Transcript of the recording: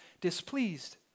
displeased